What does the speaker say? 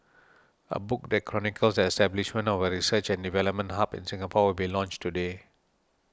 a book that chronicles the establishment of a research and development hub in Singapore will be launched today